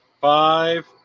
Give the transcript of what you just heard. five